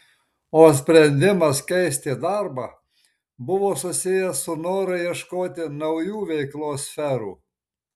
o sprendimas keisti darbą buvo susijęs su noru ieškoti naujų veiklos sferų